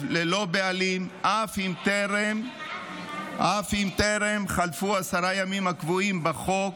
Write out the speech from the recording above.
ללא בעלים אף אם טרם חלפו עשרת הימים הקבועים בחוק.